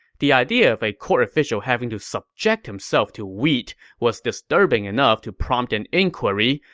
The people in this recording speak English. the idea of a court official having to subject himself to wheat was disturbing enough to prompt an inquiry,